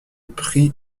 prix